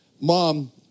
Mom